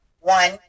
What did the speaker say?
one